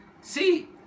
See